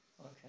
Okay